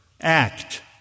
act